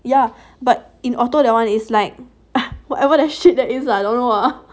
ya but in auto that one is like whatever shit that is lah I don't know lah